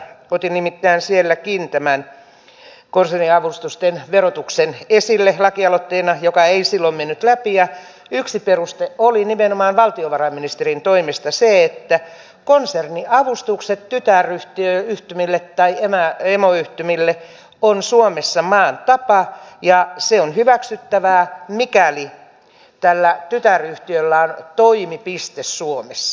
otin nimittäin silloinkin tämän konserniavustusten verotuksen esille lakialoitteena joka ei silloin mennyt läpi ja yksi peruste oli nimenomaan valtiovarainministerin toimesta se että konserniavustukset tytäryhtymille tai emoyhtymille on suomessa maan tapa ja se on hyväksyttävää mikäli tällä tytäryhtiöllä on toimipiste suomessa